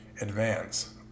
Advance